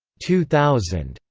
two thousand.